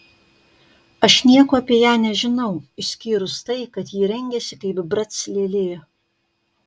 aš nieko apie ją nežinau išskyrus tai kad ji rengiasi kaip brac lėlė